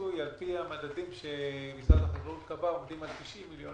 שהפיצוי על פי המדדים שמשרד החקלאות קבע עומדים על 90 מיליון